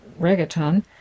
reggaeton